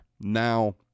Now